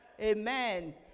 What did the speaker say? amen